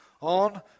on